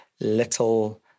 little